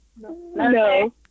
No